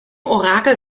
orakel